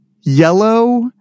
yellow